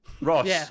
Ross